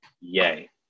Yay